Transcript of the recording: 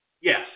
Yes